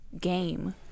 game